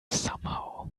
somehow